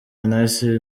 nice